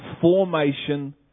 formation